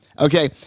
Okay